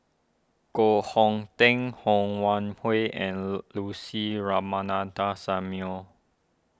Koh Hong Teng Ho Wan Hui and Lucy Samuel